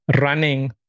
running